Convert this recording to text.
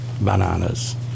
bananas